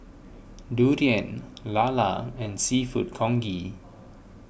Durian Lala and Seafood Congee